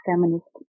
Feminist